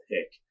pick